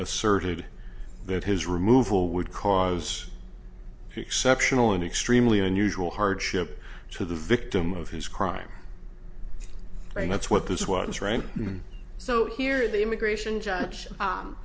asserted that his removal would cause exceptional and extremely unusual hardship to the victim of his crime and that's what this was right so here the immigration judge